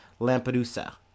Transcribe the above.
Lampedusa